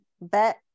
Bet